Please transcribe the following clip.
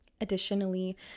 Additionally